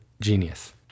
genius